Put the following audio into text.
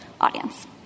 audience